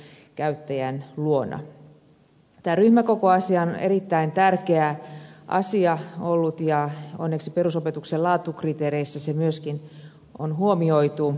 tämä ryhmäkokoasia on ollut erittäin tärkeä asia ja onneksi perusopetuksen laatukriteereissä se myöskin on huomioitu